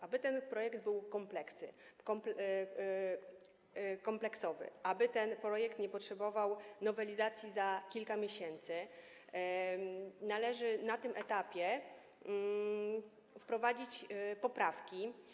Aby ten projekt był kompleksowy, aby ten projekt nie potrzebował nowelizacji za kilka miesięcy, należy na tym etapie wprowadzić poprawki.